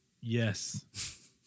Yes